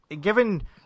given